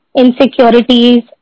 insecurities